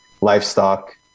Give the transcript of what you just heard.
livestock